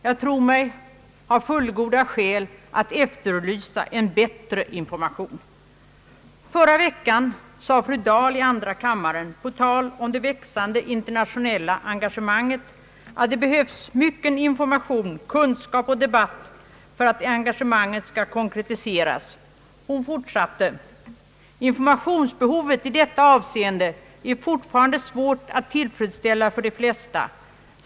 Jag tror mig ha fullgoda skäl att efterlysa en bättre information. Förra veckan sade fru Dahl i andra kammaren på tal om det växande internationella engagemanget att det behövs mycken information, kunskap och debatt för att engagemanget skall konkretiseras. Hon fortsatte: »Informationsbehovet i detta avseende är fortfarande svårt att tillfredsställa för de flesta.